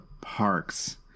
parks